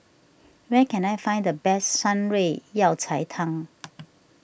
where can I find the best Shan Rui Yao Cai Tang